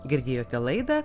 girdėjote laidą